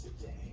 today